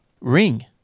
ring